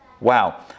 Wow